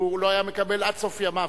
הוא לא היה מקבל עד סוף ימיו ויזה,